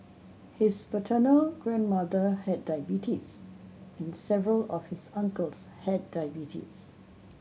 his paternal grandmother had diabetes and several of his uncles had diabetes